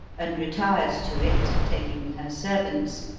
and retired to it taking her servants,